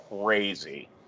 crazy